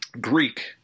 Greek